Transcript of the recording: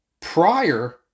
prior